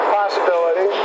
possibility